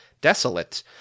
desolate